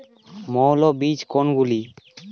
মৌল বীজ কোনগুলি?